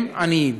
הם עניים,